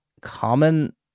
common